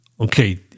Okay